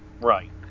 Right